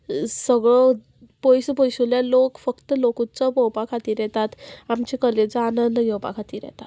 सगळो पयस पयसुल्ल्यान लोक फक्त लोकउत्सव पोवपा खातीर येतात आमचे कलेचो आनंद घेवपा खातीर येतात